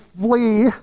flee